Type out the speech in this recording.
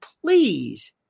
please